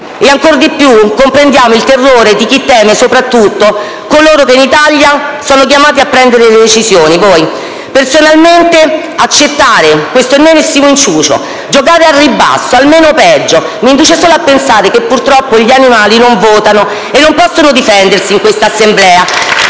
e ancor di più comprendiamo il terrore di chi teme soprattutto coloro che in Italia sono chiamati a prendere le decisioni: voi. Personalmente, accettare questo ennesimo inciucio, giocare al ribasso, al meno peggio, mi induce solo a pensare che purtroppo gli animali non votano e non possono difendersi in questa Assemblea